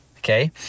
Okay